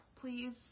please